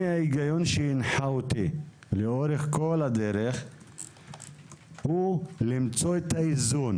ההיגיון שהנחה אותי לאורך כל הדרך הוא למצוא את האיזון